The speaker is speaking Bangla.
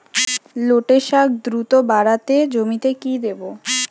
লটে শাখ দ্রুত বাড়াতে জমিতে কি দেবো?